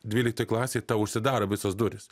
dvyliktoj klasėj tau užsidaro visos durys